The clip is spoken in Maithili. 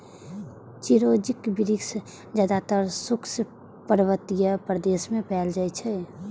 चिरौंजीक वृक्ष जादेतर शुष्क पर्वतीय प्रदेश मे पाएल जाइ छै